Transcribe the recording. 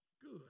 good